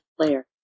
player